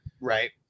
Right